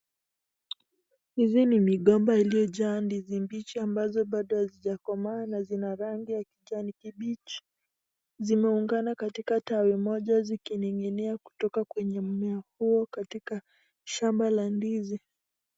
Hizi ni migomba iliojaa ndizi mbichi ambazo bado hazijakomaa na zina rangi ya kijani kibichi. Zimeungana katika tawi moja zikining'inia kutoka kwenye mmea huu katika shamba la ndizi.